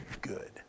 good